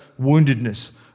woundedness